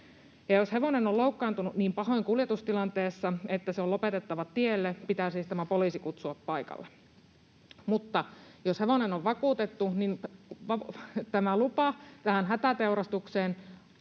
Jos hevonen on loukkaantunut kuljetustilanteessa niin pahoin, että se on lopetettava tielle, pitää siis kutsua paikalle poliisi, mutta jos hevonen on vakuutettu, niin lupa hätäteurastukseen